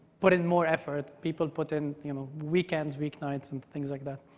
put in more effort. people put in you know weekends, weeknights, and things like that.